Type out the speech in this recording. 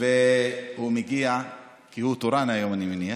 הוא מגיע, כי הוא תורן היום, אני מניח.